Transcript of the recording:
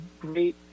great